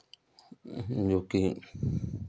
जो कि